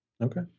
Okay